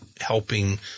helping